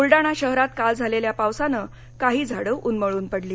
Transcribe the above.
बुलडाणा जिल्ह्यात काल झालेल्या पावसाने काही झाडे ऊन्मळून पडली